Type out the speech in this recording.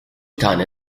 tane